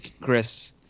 Chris